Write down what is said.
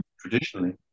traditionally